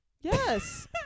Yes